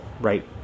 right